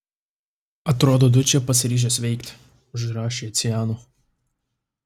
atrodo dučė pasiryžęs veikti užrašė ciano